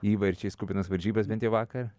įvarčiais kupinas varžybas bent jau vakar